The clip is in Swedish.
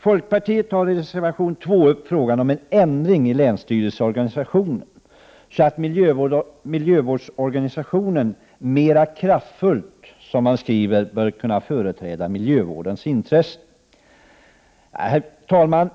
Folkpartiet tar i reservation 2 upp frågan om en sådan ändring i länsstyrelseorganisationen att miljövårdsorganisationen mera kraftfullt skall kunna företräda miljövårdens intressen. Herr talman!